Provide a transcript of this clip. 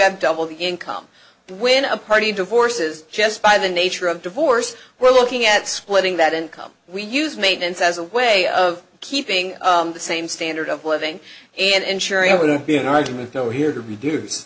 have double the income when a party divorces just by the nature of divorce we're looking at splitting that income we use maintenance as a way of keeping the same standard of living and ensuring it wouldn't be an argument over here to reduce